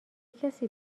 کسی